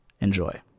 enjoy